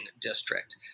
district